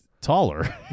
taller